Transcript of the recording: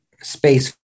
space